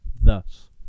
thus